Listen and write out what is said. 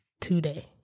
today